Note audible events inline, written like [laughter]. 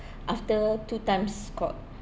[breath] after two times called